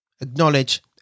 Acknowledge